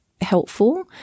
helpful